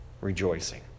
rejoicing